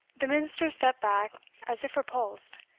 the minister stepped back as if repulsed,